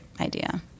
idea